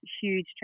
huge